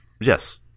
Yes